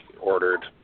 ordered